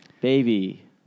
Baby